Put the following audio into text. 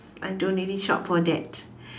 I don't really shop for that